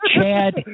Chad